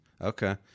Okay